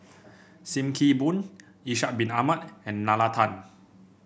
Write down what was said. Sim Kee Boon Ishak Bin Ahmad and Nalla Tan